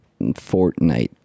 fortnite